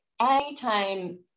Anytime